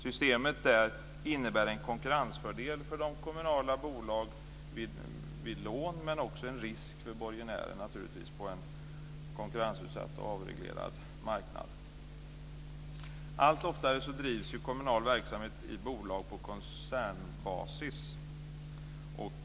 Systemet innebär en konkurrensfördel för de kommunala bolagen vid lån, men naturligtvis också en risk för borgenären på en konkurrensutsatt och avreglerad marknad. Allt oftare drivs kommunal verksamhet i bolag på koncernbasis.